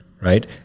right